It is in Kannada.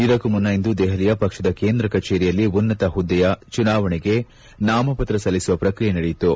ಇದಕ್ಕೂ ಮುನ್ನ ಇಂದು ದೆಹಲಿಯ ಪಕ್ಷದ ಕೇಂದ್ರ ಕಚೇರಿಯಲ್ಲಿ ಉನ್ನತ ಹುದ್ಲೆಯ ಚುನಾವಣೆಗೆ ನಾಮಪತ್ರ ಸಲ್ಲಿಸುವ ಪ್ರಕ್ರಿಯೆ ನಡೆಯಿತು